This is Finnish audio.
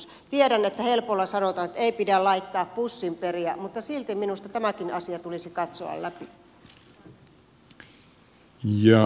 tiedän että helpolla sanotaan että ei pidä laittaa pussinperiä mutta silti minusta tämäkin asia tulisi katsoa läpi